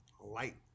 light